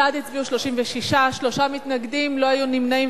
36 בעד, שלושה מתנגדים, לא היו נמנעים.